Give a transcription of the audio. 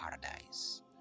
paradise